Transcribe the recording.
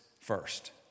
first